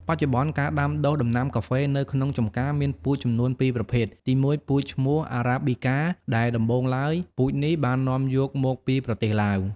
បច្ចុប្បន្នការដាំដុះដំណាំកាហ្វេនៅក្នុងចម្ការ មានពូជចំនួនពីប្រភេទ ទីមួយពូជឈ្មោះ Arabica ដែលដំបូងឡើយពូជនេះបាននាំយកមកពីប្រទេសឡាវ។